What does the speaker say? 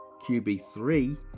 QB3